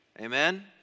Amen